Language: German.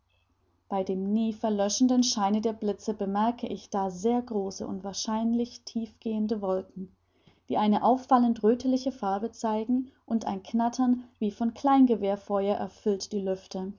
bei dem nie verlöschenden scheine der blitze bemerke ich da sehr große und wahrscheinlich tiefgehende wolken die eine auffallend röthliche farbe zeigen und ein knattern wie von kleingewehrfeuer erfüllt die lüfte